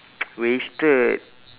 wasted